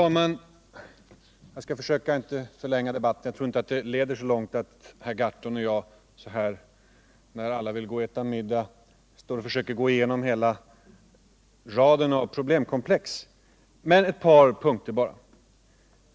Herr talman! Jag skall försöka att inte förlänga debatten alltför mycket —-jag tror inte det leder så långt om herr Gahrton och jag när alla vill gå och äta middag går igenom hela raden av problemkomplex — men ett par punkter bara!